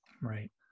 Right